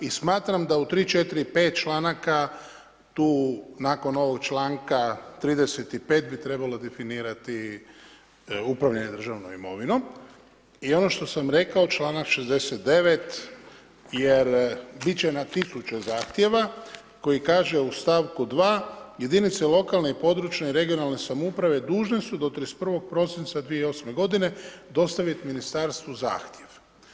I smatram da u tri, četiri, pet članaka tu nakon ovog članka 35. bi trebalo definirati upravljanje državnom imovinom i ono što sam rekao članak 69. jer bit na tisuće zahtjeva koji kaže u stavku 2. „Jedinica lokalne i područne (regionalne) samouprave dužne su do 31. prosinca 2008. godine dostaviti ministarstvu zahtjev“